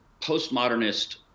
postmodernist